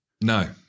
No